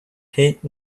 pit